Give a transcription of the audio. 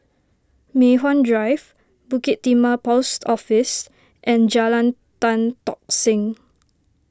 Mei Hwan Drive Bukit Timah Post Office and Jalan Tan Tock Seng